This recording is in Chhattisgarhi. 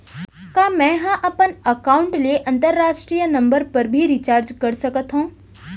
का मै ह अपन एकाउंट ले अंतरराष्ट्रीय नंबर पर भी रिचार्ज कर सकथो